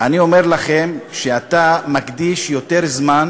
אני אומר לך שאתה מקדיש יותר זמן